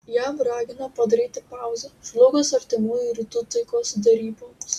jav ragina padaryti pauzę žlugus artimųjų rytų taikos deryboms